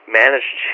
managed